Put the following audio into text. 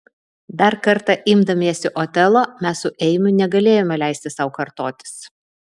dar kartą imdamiesi otelo mes su eimiu negalėjome leisti sau kartotis